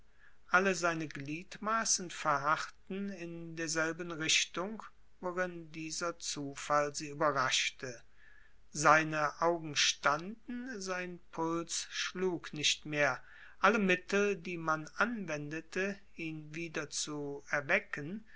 alle seine gliedmaßen verharrten in derselben richtung worin dieser zufall sie überraschte seine augen standen sein puls schlug nicht mehr alle mittel die man anwendete ihn wieder zu erwecken